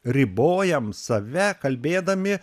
ribojam save kalbėdami